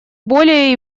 более